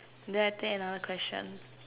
then I take another question